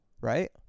Right